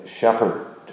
shepherd